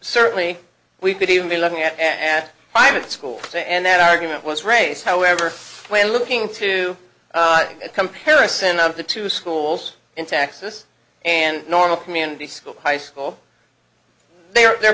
certainly we could even be looking at private schools and that argument was raised however when looking into a comparison of the two schools in texas and normal community school high school they are the